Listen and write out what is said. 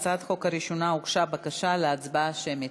על הצעת החוק הראשונה הוגשה בקשה להצבעה שמית.